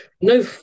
No